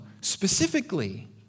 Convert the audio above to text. specifically